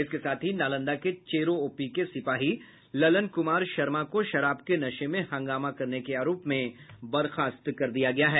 इसके साथ ही नालंदा के चेरो ओपी के सिपाही ललन कुमार शर्मा को शराब के नशे में हंगामा करने के आरोप में बर्खास्त कर दिया गया है